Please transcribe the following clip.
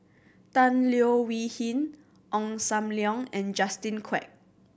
Tan Leo Wee Hin Ong Sam Leong and Justin Quek